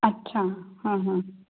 अच्छा हं हं